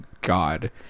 God